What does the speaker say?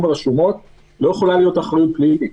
ברשומות לא יכולה להיות אחריות פלילית.